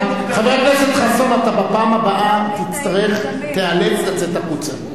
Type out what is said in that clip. חבר הכנסת חסון, בפעם הבאה תיאלץ לצאת החוצה.